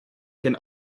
can